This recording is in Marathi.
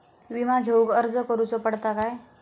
विमा घेउक अर्ज करुचो पडता काय?